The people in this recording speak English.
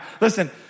Listen